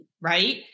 Right